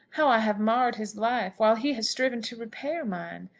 how i have marred his life, while he has striven to repair mine!